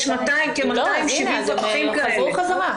יש כ-270 פקחים כאלה.